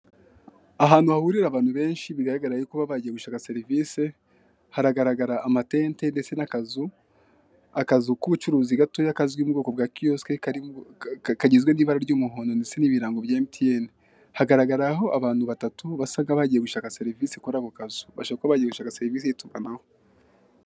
Ahantu hahurira abantu benshi bigaragara yuka baba bagiye gushaka serivise, haragaragara amatente ndetse n'akazu, akazu k'ubucuruzi gatoya kazwi nk'ubwoko bwa kiyosike kagizwe n'ibara ry'umuhondo ndetse n'ibirango bya emutiyene. Hgaragaraho abantu batatu basa nk'abagiye gushaka serivise kuri ako kazu. Bashobora kuba bagiye gushaka serivise z'itumanaho.